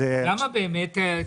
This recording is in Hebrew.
באמת למה?